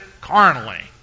carnally